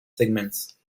segments